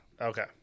Okay